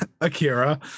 Akira